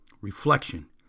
reflection